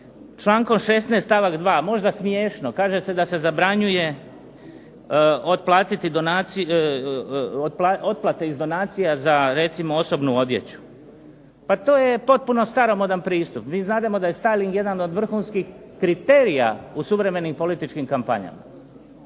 Člankom 16. stavak 2., možda smiješno, kaže se da se zabranjuje otplatiti, otplate iz donacija za recimo osobnu odjeću. Pa to je potpuno staromodan pristup. Mi znademo da je stajling jedan od vrhunskih kriterija u suvremenim političkim kampanjama.